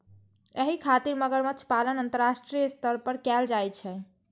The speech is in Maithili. एहि खातिर मगरमच्छ पालन अंतरराष्ट्रीय स्तर पर कैल जाइ छै